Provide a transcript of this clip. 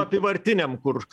apyvartiniam kur